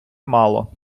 мало